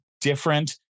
different